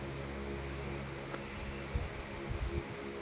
ಸಾಮಾನ್ಯ ವಿಮಾ ಕರಾರು ಪತ್ರದ ಅವಧಿ ಎಷ್ಟ?